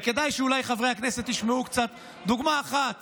ואולי כדאי שחברי הכנסת ישמעו דוגמה אחת